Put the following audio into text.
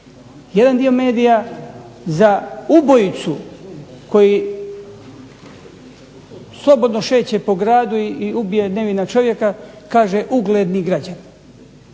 Jedan dio medija za ubojicu, koji slobodno šeće po gradu i ubije nevina čovjeka kaže ugledni građanin,